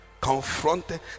confronted